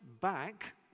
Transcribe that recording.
back